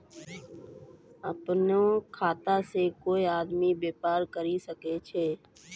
अपनो खाता से कोय आदमी बेपार करि सकै छै